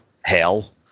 hell